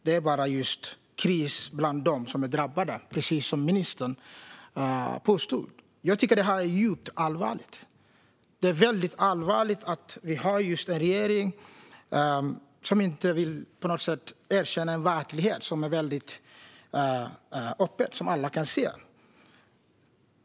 Det är bara kris bland dem som är drabbade, precis som ministern påstod. Jag tycker att detta är djupt allvarligt. Det är allvarligt att vi har en regering som inte vill erkänna en verklighet som alla kan se.